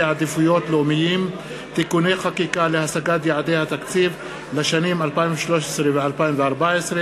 עדיפויות לאומיים (תיקוני חקיקה להשגת יעדי התקציב לשנים 2013 ו-2014),